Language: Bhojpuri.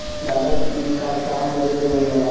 जादातर इ विकास काम बदे देवल जाला